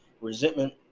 resentment